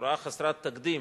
בצורה חסרת תקדים,